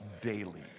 daily